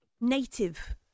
native